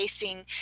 facing